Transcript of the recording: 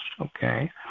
okay